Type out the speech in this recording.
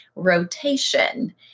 rotation